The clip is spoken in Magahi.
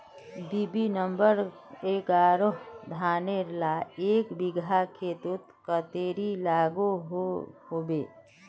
बी.बी नंबर एगारोह धानेर ला एक बिगहा खेतोत कतेरी लागोहो होबे?